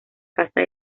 casa